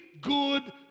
good